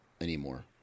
anymore